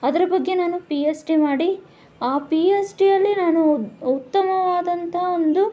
ಅದರ ಬಗ್ಗೆ ನಾನು ಪಿ ಎಸ್ ಡಿ ಮಾಡಿ ಆ ಪಿ ಎಸ್ ಡಿಯಲ್ಲಿ ನಾನು ಉತ್ತಮವಾದಂಥ ಒಂದು